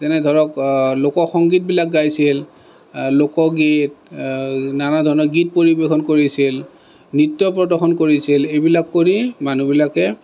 যেনে ধৰক লোকসংগীতবিলাক গাইছিল লোকগীত নানা ধৰণৰ গীত পৰিৱেশন কৰিছিল নৃত্য প্ৰদৰ্শন কৰিছিল এইবিলাক কৰি মানুহবিলাকে